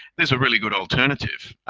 there's a really good alternative.